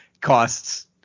costs